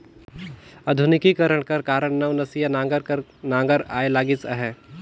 आधुनिकीकरन कर कारन नवनसिया नांगर कस नागर आए लगिस अहे